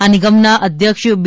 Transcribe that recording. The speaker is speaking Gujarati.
આ નિગમ ના અધ્યક્ષ બી